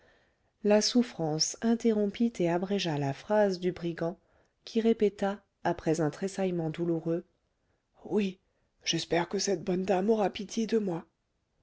la souffrance interrompit et abrégea la phrase du brigand qui répéta après un tressaillement douloureux oui j'espère que cette bonne dame aura pitié de moi